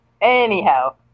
anyhow